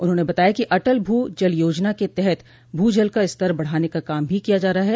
उन्होंने बताया कि अटल भ् जल योजना के तहत भू जल का स्तर बढ़ाने का काम भी किया जा रहा है